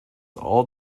all